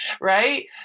right